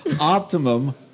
Optimum